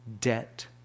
debt